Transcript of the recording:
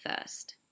first